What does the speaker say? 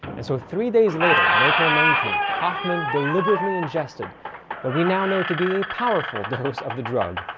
and so, three days later, on april nineteenth, hofmann deliberately ingested what we now know to be a powerful dose of the drug.